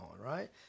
right